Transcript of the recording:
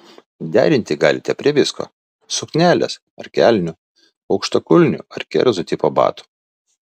derinti galite prie visko suknelės ar kelnių aukštakulnių ar kerzų tipo batų